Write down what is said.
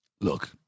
look